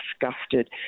disgusted